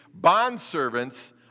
bondservants